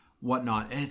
whatnot